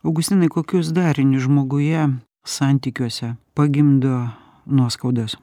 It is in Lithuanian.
augustinai kokius darinius žmoguje santykiuose pagimdo nuoskaudos